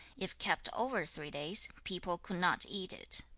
if kept over three days, people could not eat it.